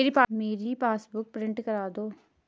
मेरी passbook print कर दो